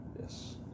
Yes